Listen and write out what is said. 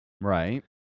Right